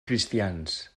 cristians